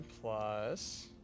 plus